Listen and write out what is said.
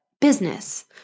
business